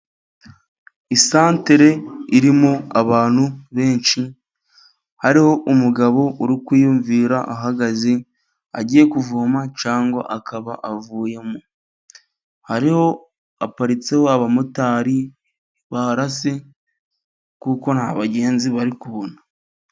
Isantere irimo abantu benshi, hariho umugabo uri kwiyumvira ahagaze agiye kuvoma cyangwa akaba avuyeyo, hariho abamotari baparitse barase kuko nta bagenzi bari kubona.